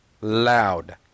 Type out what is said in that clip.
loud